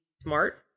smart